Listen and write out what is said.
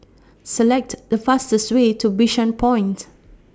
Select The fastest Way to Bishan Point